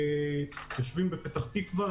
יושבים בפתח תקווה.